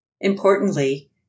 Importantly